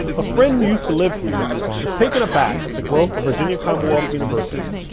a friend who used to live here was taken aback at the growth of virginia commonwealth university.